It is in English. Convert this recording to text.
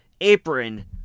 apron